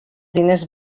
diners